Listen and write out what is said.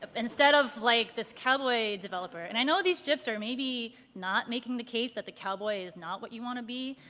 ah but instead of like this cowboy developer. and i know these gifs are maybe not making the case that the cowboy is not what you want to be,